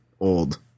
old